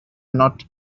not